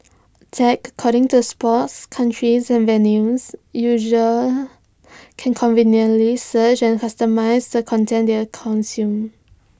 tagged according to sports countries and venues users can conveniently search and customise the content their consume